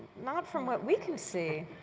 not from what we can see.